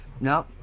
No